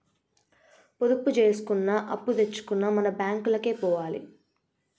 పొదుపు జేసుకున్నా, అప్పుదెచ్చుకున్నా మన బాంకులకే పోవాల